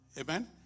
Amen